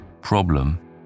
Problem